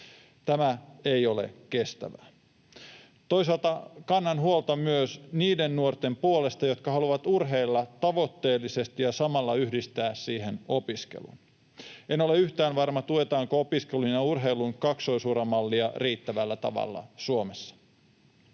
Tämä ei ole kestävää. Toisaalta kannan huolta myös niiden nuorten puolesta, jotka haluavat urheilla tavoitteellisesti ja samalla yhdistää siihen opiskelun. En ole yhtään varma, tuetaanko opiskelun ja urheilun kaksoisuramallia riittävällä tavalla Suomessa.